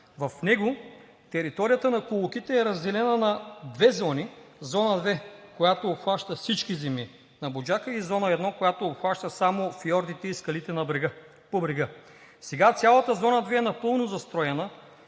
В него територията на „Колокита“ е разделена на две зони – Зона 2, която обхваща всички земи на „Буджака“, и Зона 1, която обхваща само фиордите и скалите по брега. Сега цялата Зона 2 е напълно застроена,